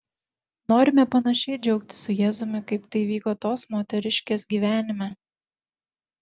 norime panašiai džiaugtis su jėzumi kaip tai įvyko tos moteriškės gyvenime